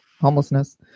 homelessness